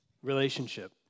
relationship